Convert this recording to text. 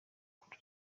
kuri